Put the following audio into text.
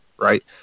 right